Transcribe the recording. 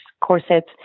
corsets